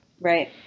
Right